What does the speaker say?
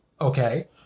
Okay